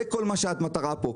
זה כל המטרה פה.